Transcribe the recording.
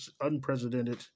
unprecedented